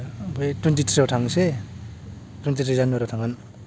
ओमफ्राय थुइनटिट्रियाव थांनोसै थुइनटिट्रि जानुवारियाव थांगोन